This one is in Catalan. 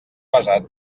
pesat